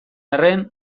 arren